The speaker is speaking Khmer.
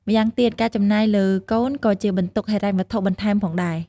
ម្យ៉ាងទៀតការចំណាយលើកូនក៏ជាបន្ទុកហិរញ្ញវត្ថុបន្ថែមផងដែរ។